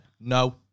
no